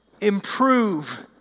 improve